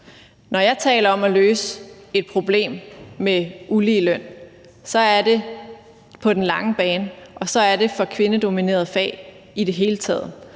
Når jeg taler om at løse et problem med uligeløn, så er det på den lange bane, og så er det for kvindedominerede fag i det hele taget.